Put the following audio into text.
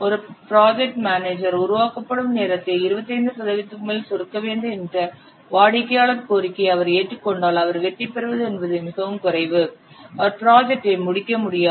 ஒரு project manager உருவாக்கப்படும் நேரத்தை 25 சதவிகிதத்திற்கு மேல் சுருக்க வேண்டும் என்ற வாடிக்கையாளர் கோரிக்கையை அவர் ஏற்றுக்கொண்டால் அவர் வெற்றி பெறுவது என்பது மிகவும் குறைவு அவர் ப்ராஜெக்டை முடிக்க முடியாது